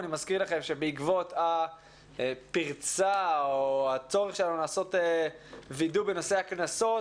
אני מזכיר לכם שבעקבות הפרצה או הצורך שלנו לעשות וידוא בנושא הקנסות